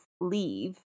leave